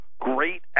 great